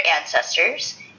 ancestors